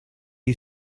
you